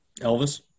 Elvis